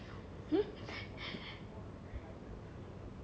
hmm